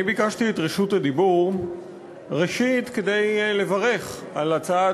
אני ביקשתי את רשות הדיבור ראשית כדי לברך על הצעת